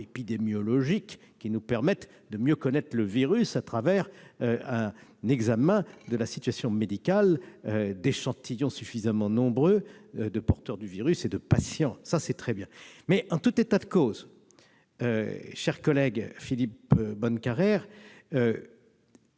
épidémiologique permettant de mieux connaître le virus, à travers l'examen de la situation médicale d'échantillons suffisamment nombreux de porteurs du virus et de patients. En tout état de cause, cher Philippe Bonnecarrère,